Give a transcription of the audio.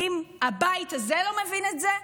ואם הבית הזה לא מבין את זה,